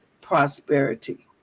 prosperity